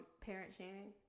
parent-shaming